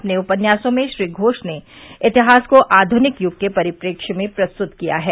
अपने उपन्यासों में श्री घोष ने इतिहास को आध्निक युग के परिपेक्ष्य में प्रस्तुत किया है